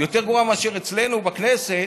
יותר גרועה מאשר אצלנו בכנסת,